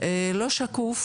לא שקוף,